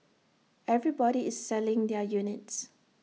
everybody is selling their units